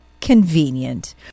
convenient